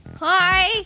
Hi